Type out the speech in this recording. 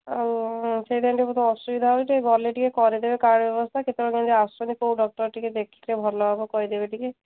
ଆଉ ସେଇଟାଇଁ ଟିକେ ବହୁତ ଅସୁବିଧା ହେଉଛି ଟିକେ ଗଲେ ଟିକେ କରିଦେବେ କାର୍ଡ଼ ବ୍ୟବସ୍ଥା କେତେବେଳେ କେମିତି ଆସନ୍ତି କୋଉ ଡକ୍ଟର ଟିକେ ଦେଖିଲେ ଭଲ ହବ କହିଦେବେ ଟିକିଏ